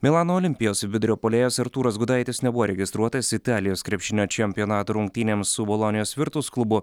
milano olimpijos vidurio puolėjas artūras gudaitis nebuvo registruotas italijos krepšinio čempionato rungtynėms su bolonijos virtus klubu